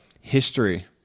history